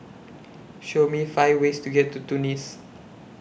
Show Me five ways to get to Tunis